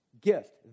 gift